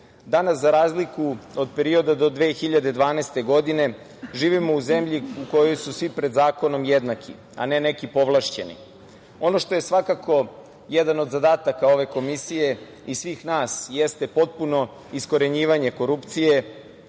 za razliku od perioda do 2012. godine, živimo u zemlji u kojoj su svi pred zakonom jednaki, a ne neki povlašćeni. Ono što je svakako jedan od zadataka ove komisije i svih nas jeste potpuno iskorenjivanje korupcije